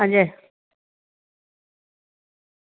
अंजी